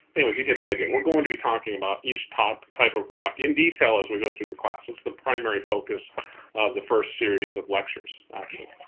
anyways, you get the idea. we're going to be talking about each type type of rock in detail as we go through the class. that's the primary focus of the first series of lectures, actually.